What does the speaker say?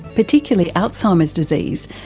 particularly alzheimer's disease,